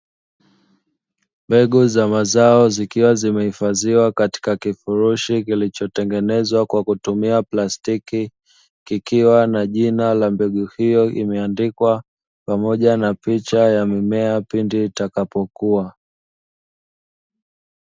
Mbegu za mazao zikiwa zimehifadhiwa katika kifurushi kilichotengenezwa kwa kutumia plastiki, kikiwa na jina la mbegu hiyo imeandikwa pamoja na picha ya mimea pindi itakapokua.